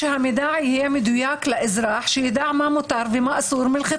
שהמידע לאזרח יהיה מדויק והוא ידע מלכתחילה מה מותר ומה אסור.